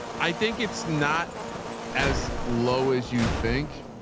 i think it's not as low as you think,